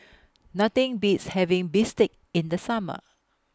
Nothing Beats having Bistake in The Summer